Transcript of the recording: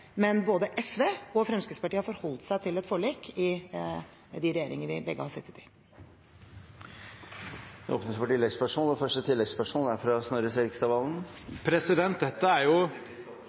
men både SV og Fremskrittspartiet har forholdt seg til et forlik i de regjeringer de har sittet i. Det åpnes for oppfølgingsspørsmål – først Snorre Serigstad Valen. Dette er